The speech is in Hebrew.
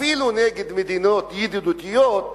אפילו נגד מדינות ידידותיות,